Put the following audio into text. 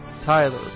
Tyler